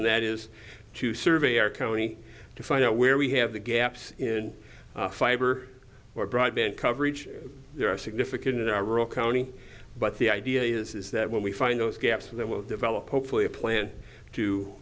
and that is to survey our county to find out where we have the gaps in fiber or broadband coverage there are significant in a rural county but the idea is that when we find those gaps that will develop hopefully a plan to